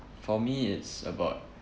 for me it's about